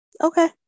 Okay